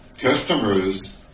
customers